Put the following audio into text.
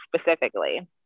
specifically